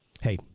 Hey